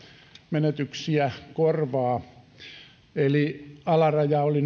menetyksiä korvaa eli vakinaisella asunnolla alaraja oli